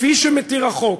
כפי שמתיר החוק,